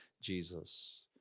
Jesus